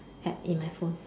App in my phone